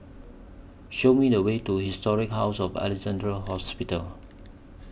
Show Me The Way to Historic House of Alexandra Hospital